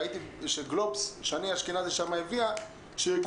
שב"גלובוס" שני אשכנזי כתבה שארגון